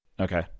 Okay